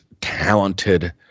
talented